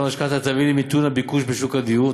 המשכנתה תביא למיתון הביקוש בשוק הדיור,